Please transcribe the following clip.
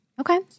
Okay